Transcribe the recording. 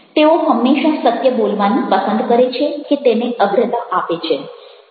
તેઓ હંમેશા સત્ય બોલવાનું પસંદ કરે છે કે તેને અગ્રતા આપે છે